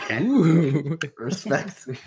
Respect